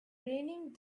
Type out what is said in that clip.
raining